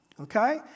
Okay